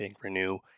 renew